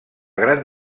gran